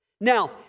Now